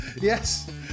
Yes